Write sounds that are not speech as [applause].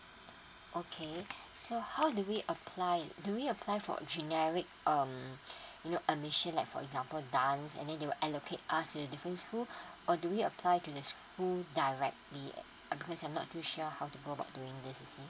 okay [breath] so how do we apply do we apply for generic um [breath] you know the admission like for example dance and then they will allocate us to different school [breath] or do we apply to the school directly uh because I'm not too sure how to go about doing this you see